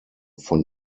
von